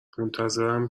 منتظرم